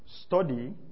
study